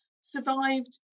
survived